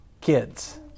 kids